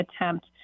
attempt